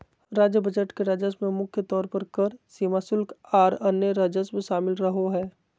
राज्य बजट के राजस्व में मुख्य तौर पर कर, सीमा शुल्क, आर अन्य राजस्व शामिल रहो हय